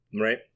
Right